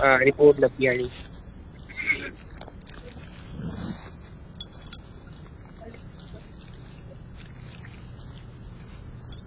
हां रपोर्ट लब्भी जानी